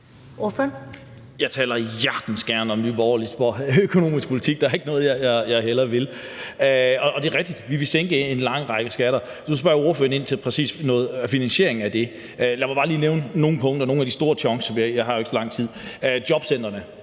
Jeg taler hjertens gerne om Nye Borgerliges økonomiske politik. Der er ikke noget, jeg hellere vil. Det er rigtigt, at vi vil sænke en lang række skatter. Nu spørger spørgeren præcis ind til noget finansiering af det. Lad mig bare lige nævne nogle punkter, nogle af de store chunks; jeg har jo ikke så lang tid. Jobcentrene